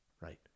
Right